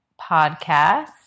podcast